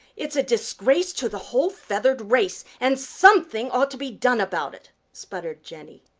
it's a disgrace to the whole feathered race, and something ought to be done about it! sputtered jenny.